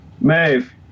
Maeve